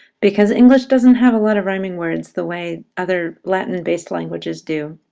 because english doesn't have a lot of rhyming words the way other latin-based languages do.